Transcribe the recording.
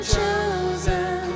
chosen